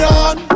on